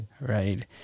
Right